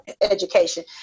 education